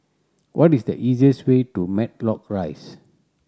what is the easiest way to Matlock Rise